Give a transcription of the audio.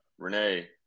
Renee